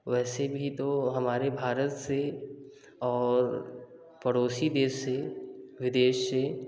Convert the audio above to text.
वैसे भी तो हमारे भारत से और पड़ोसी देश से विदेश से